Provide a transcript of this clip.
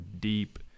deep